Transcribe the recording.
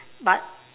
but